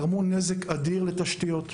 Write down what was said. גרמו נזק אדיר לתשתיות,